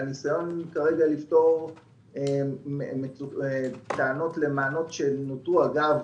ניסיון כרגע לפתור טענות ומענות שהובעו אגב